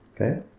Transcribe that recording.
Okay